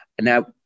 Now